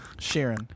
Sharon